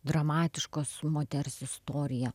dramatiškos moters istorija